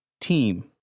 team